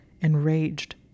enraged